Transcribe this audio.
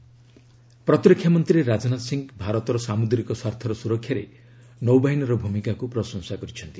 Rajnath navy ପ୍ରତିରକ୍ଷାମନ୍ତ୍ରୀ ରାଜନାଥ ସିଂ ଭାରତର ସାମୁଦ୍ରିକ ସ୍ୱାର୍ଥର ସୁରକ୍ଷାରେ ନୌବାହିନୀର ଭୂମିକାକୁ ପ୍ରଶଂସା କରିଛନ୍ତି